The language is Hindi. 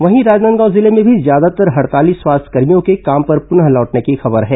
वहीं राजनांदगांव जिले में भी ज्यादातर हड़ताली स्वास्थ्यकर्मियों के काम पर पूनः लौटने की खबर है